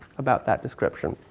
about that description.